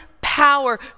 power